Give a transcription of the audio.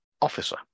officer